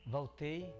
Voltei